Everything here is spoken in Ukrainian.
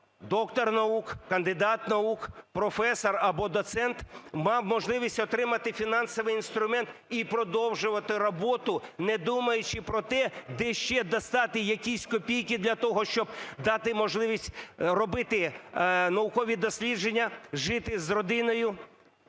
доктор наук, кандидат наук, професор або доцент мав можливість отримати фінансовий інструмент і продовжувати роботу, не думаючи про те, де ще достати якісь копійки для того, щоб дати можливість робити наукові дослідження, жити з родиною.